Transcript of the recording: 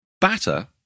Batter